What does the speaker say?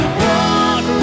walk